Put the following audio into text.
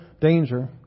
danger